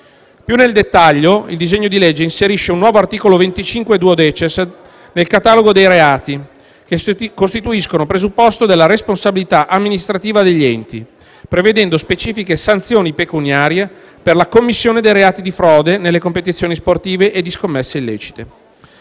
Nel dettaglio, il disegno di legge inserisce un nuovo articolo 25-*duodecies* nel catalogo dei reati che costituiscono presupposto della responsabilità amministrativa degli enti, prevedendo specifiche sanzioni pecuniarie per la commissione dei reati di frode nelle competizioni sportive e di scommesse illecite.